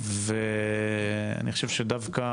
ואני חושב שדווקא